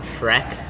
Shrek